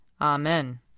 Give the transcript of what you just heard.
Amen